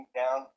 down